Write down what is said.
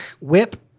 whip